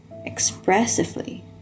expressively